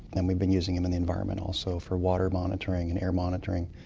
and we've been using them in the environment also for water monitoring and air monitoring,